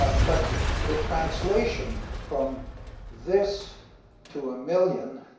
but the translation from this to a million,